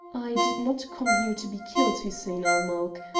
i did not come here to be killed, hussein-ul-mulk.